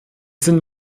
sind